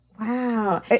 Wow